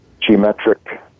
geometric